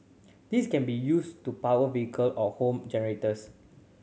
this can then be used to power vehicle or home generators